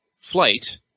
flight